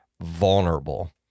vulnerable